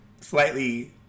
slightly